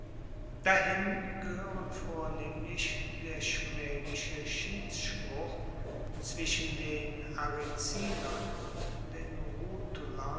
dahin gehoeren vornehmlich der schmaehliche schiedsspruch zwischen den aricinern und den